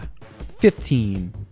Fifteen